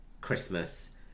christmas